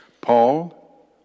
Paul